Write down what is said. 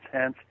hence